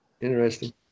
interesting